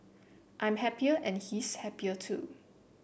I'm happier and he's happier too